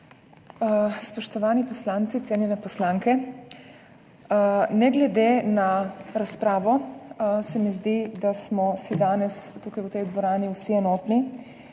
Spoštovani poslanci, cenjene poslanke! Ne glede na razpravo se mi zdi, da smo si danes tukaj v tej dvorani vsi enotni,